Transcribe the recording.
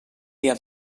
dia